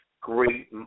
great